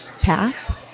path